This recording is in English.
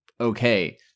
okay